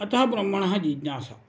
अतः ब्रह्मणः जिज्ञासा